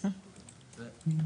קיצרתי לכם,